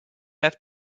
have